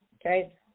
Okay